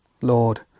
Lord